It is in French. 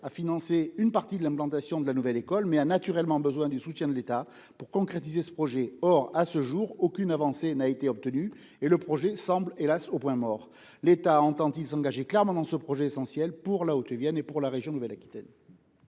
à financer une partie de l'implantation de la nouvelle école, mais a naturellement besoin du soutien de l'État pour concrétiser ce projet. Or, à ce jour, aucune avancée n'a été obtenue, et le projet semble, hélas, au point mort. L'État entend-il s'engager clairement dans ce projet essentiel pour la Haute-Vienne et la région Nouvelle-Aquitaine ?